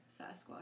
Sasquatch